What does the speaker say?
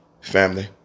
family